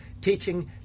teaching